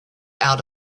out